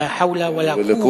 לא חול ולא קוה אלא באללה.